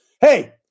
Hey